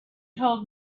told